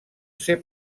ser